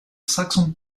saxon